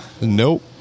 Nope